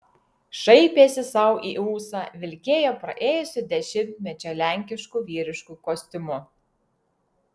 šaipėsi sau į ūsą vilkėjo praėjusio dešimtmečio lenkišku vyrišku kostiumu